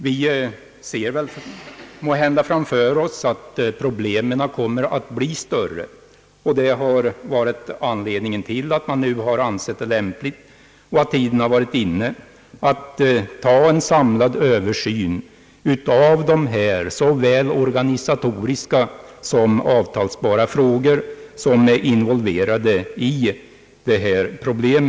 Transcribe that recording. Vi ser emellertid framför oss en situation, då problemen kan bli större, och vi har därför ansett tiden vara inne för en samlad översyn av de såväl organisatoriska som avtalsbara frågor som är involverade i dessa problem.